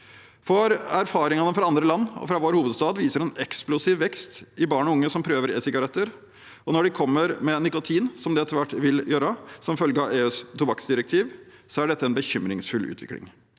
Erfaringene fra andre land og fra vår hovedstad viser en eksplosiv vekst i barn og unge som prøver e-sigaretter, og når de kommer med nikotin, som de etter hvert vil gjøre som følge av EUs tobakksdirektiv, er dette en bekymringsfull utvikling.